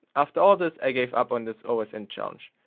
after all this i gave up on this ah osint challenge.